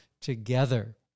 together